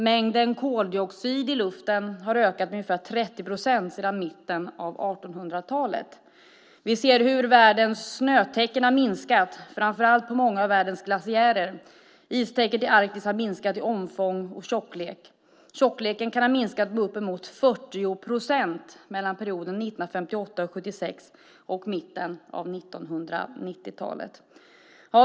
Mängden koldioxid i luften har ökat med ungefär 30 procent sedan mitten av 1800-talet. Vi ser hur världens snötäcken har minskat framför allt på många av världens glaciärer. Istäcket i Arktis har minskat i omfång och tjocklek. Tjockleken under sommartid kan ha minskat med upp till 40 procent mellan perioden 1958-1976 och mitten av 1990-talet.